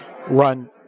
run